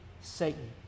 Satan